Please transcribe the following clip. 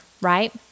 right